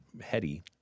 heady